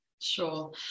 Sure